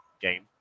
game